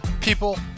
people